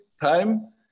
time